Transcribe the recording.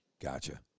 Gotcha